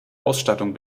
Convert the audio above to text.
ausstattung